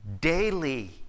daily